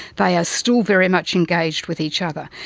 they are still very much engaged with each other.